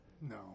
No